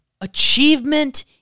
achievement